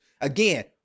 Again